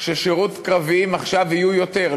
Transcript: ששירות קרביים עכשיו יהיה יותר,